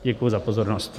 Děkuji za pozornost.